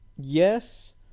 Yes